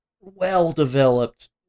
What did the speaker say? well-developed